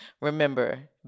Remember